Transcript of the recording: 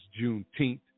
Juneteenth